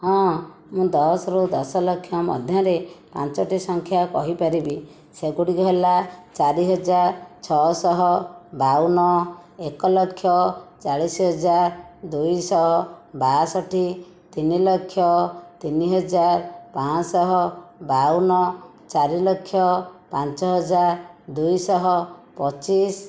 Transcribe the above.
ହଁ ମୁଁ ଦଶରୁ ଦଶ ଲକ୍ଷ ମଧ୍ୟରେ ପାଞ୍ଚୋଟି ସଂଖ୍ୟା କହିପାରିବି ସେଗୁଡ଼ିକ ହେଲା ଚାରି ହଜାର ଛଅ ଶହ ବାଉନ ଏକ ଲକ୍ଷ ଚାଳିଶ ହଜାର ଦୁଇ ଶହ ବାଷଠି ତିନି ଲକ୍ଷ ତିନି ହଜାର ପାଞ୍ଚଶହ ବାଉନ ଚାରି ଲକ୍ଷ ପାଞ୍ଚ ହଜାର ଦୁଇ ଶହ ପଚିଶ